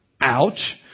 Ouch